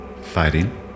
Fighting